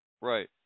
right